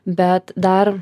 bet dar